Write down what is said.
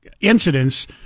incidents